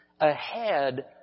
ahead